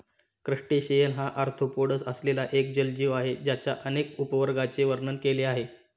crustacean हा arthropods असलेला एक जलजीव आहे ज्याच्या अनेक उपवर्गांचे वर्णन केले आहे